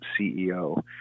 CEO